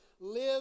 live